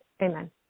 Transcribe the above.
Amen